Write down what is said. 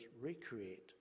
recreate